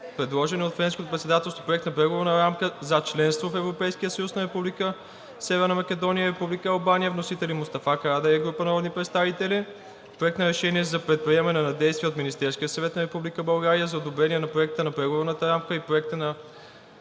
предложения от Френското председателство Проект на Преговорна рамка за членство в Европейския съюз на Република Северна Македония и Република Албания, вносители – Мустафа Карадайъ и група народни представители; Проект на решение за предприемане на действия от Министерския съвет на Република България за одобрение на Проекта на Преговорната рамка и Проекта за